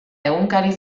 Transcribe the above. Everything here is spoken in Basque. egunkari